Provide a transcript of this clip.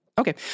Okay